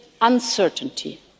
uncertainty